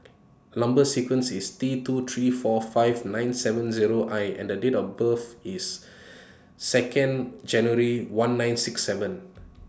Number sequence IS T two three four five nine seven Zero I and The Date of birth IS Second January one nine six seven